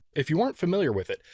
if you aren't familiar with it,